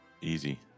Easy